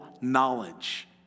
knowledge